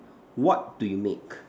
what do you make